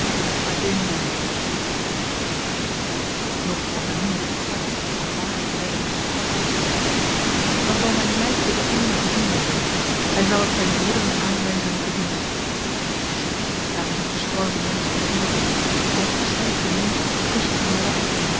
adinda nog was er niemand op het pad dat van badoer leidde naar den ketapan dan zal myn lyk door den engel gezien worden hy zal het zyn broederen aanwyzen met den vinger ziet daar is een gestorven mensch vergeten zyn verstyfde mond kust een